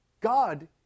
God